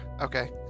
Okay